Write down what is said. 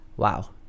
wow